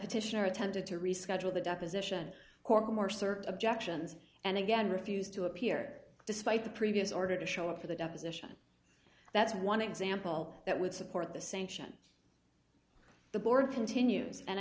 petitioner attempted to reschedule the deposition or more search of jackson's and again refused to appear despite the previous order to show up for the deposition that's one example that would support the sanction the board continues and